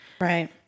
Right